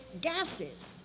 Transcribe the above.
gases